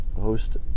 host